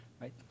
right